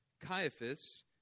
Caiaphas